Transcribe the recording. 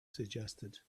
suggested